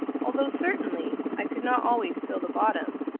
although certainly i could not always feel the bottom,